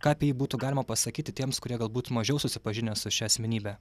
ką apie jį būtų galima pasakyti tiems kurie galbūt mažiau susipažinę su šia asmenybe